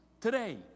today